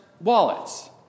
wallets